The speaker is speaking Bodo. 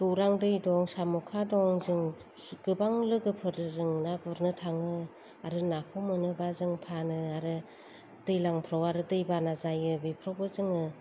गौरां दै दं साम'खा दं जों गोबां लोगोफोरजों ना गुरनो थाङो आरो नाखौ मोनोब्ला जों फानो आरो दैज्लांफ्राव दैबाना जायो बेफ्रावबो जोङो